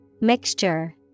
Mixture